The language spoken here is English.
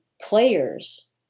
players